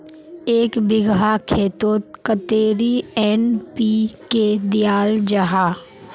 एक बिगहा खेतोत कतेरी एन.पी.के दियाल जहा?